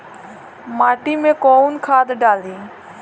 माटी में कोउन खाद डाली?